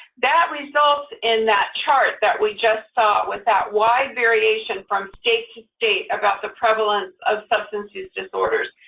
that results in that chart that we just saw with that wide variation from state to state about the prevalence of substance use disorders.